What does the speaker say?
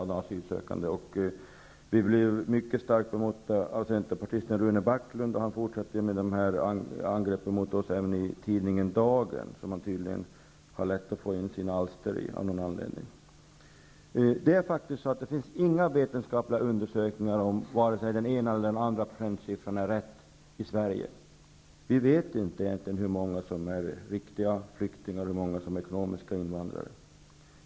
Vi blev mycket starkt bemötta av centerpartisten Rune Backlund, som fortsätter med angreppen mot oss i tidningen Dagen -- som han tydligen har lätt att få in sina alster i, av någon anledning. Det finns inga vetenskapliga undersökningar om vare sig den ena eller den andra procentsiffran är riktig för Sverige. Vi vet inte hur många som är riktiga flyktingar och hur många som är ekonomiska invandrare.